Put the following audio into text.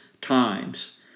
times